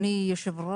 יצחק,